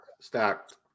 Stacked